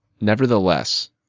Nevertheless